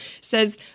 says